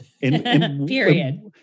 period